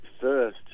first